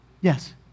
yes